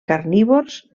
carnívors